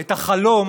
את החלום